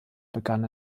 begann